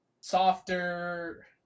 softer